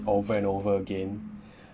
over and over again